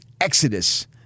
exodus